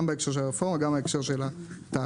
גם בהקשר של הרפורמה וגם בהקשר של התעריף.